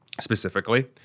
specifically